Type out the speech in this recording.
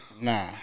Nah